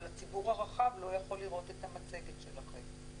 אבל הציבור הרחב לא יכול לראות את המצגת שלכם.